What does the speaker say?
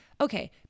okay